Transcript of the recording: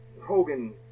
Hogan